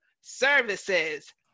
services